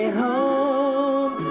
home